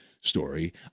story